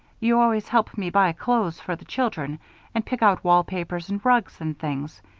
you always help me buy clothes for the children and pick out wallpapers and rugs and things.